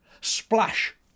Splash